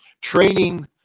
Training